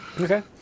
okay